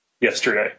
yesterday